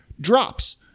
drops